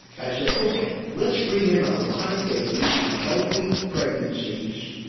i said ok, let's bring in a lot of babies from healthy pregnancies,